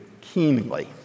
keenly